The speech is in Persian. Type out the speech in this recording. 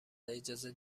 اجازه